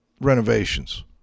renovations